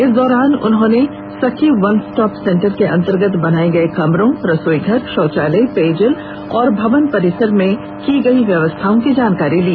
इस दौरान उन्होंने सखी वन स्टॉप सेन्टर के अन्तर्गत बनाये गये कमरों रसोई घर शौचालय पेयजल और भवन परिसर में की गयी व्यवस्थाओं की जानकारी ली